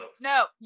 No